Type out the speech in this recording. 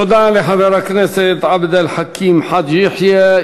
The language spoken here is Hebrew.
תודה לחבר הכנסת עבד אל חכים חאג' יחיא.